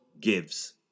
gives